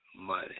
money